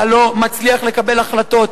אתה לא מצליח לקבל החלטות.